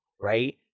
right